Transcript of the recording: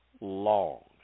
long